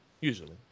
Usually